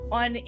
on